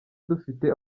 dufite